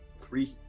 three